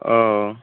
ও